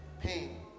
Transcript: Pain